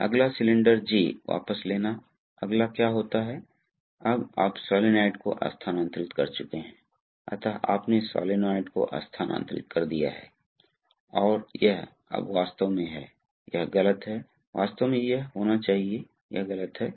तो शुरू में क्या होता है इस स्प्रिंग क्रिया द्वारा आप यहाँ देखते हैं कि वास्तव में एक छोटा छिद्र है जो चित्र में नहीं खींचा गया है जिस व्यक्ति ने इसे खींचा है वह इससे चूक गया